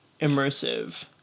immersive